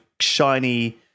shiny